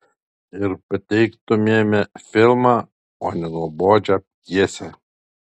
ir pateiktumėme filmą o ne nuobodžią pjesę